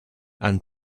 and